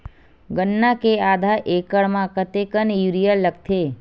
गन्ना के आधा एकड़ म कतेकन यूरिया लगथे?